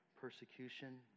persecution